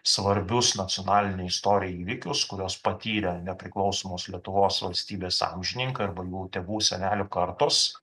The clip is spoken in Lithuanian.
svarbius nacionalinei istorijai įvykius kuriuos patyrė nepriklausomos lietuvos valstybės amžininkai arba jų tėvų senelių kartos